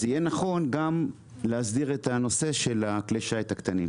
אז יהיה נכון להסדיר גם את הנושא של כלי השיט הקטנים,